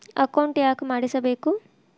Account ಯಾಕ್ ಮಾಡಿಸಬೇಕು?